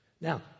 Now